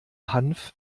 hanf